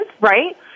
right